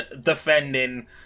defending